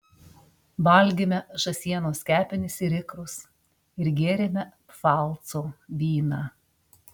valgėme žąsienos kepenis ir ikrus ir gėrėme pfalco vyną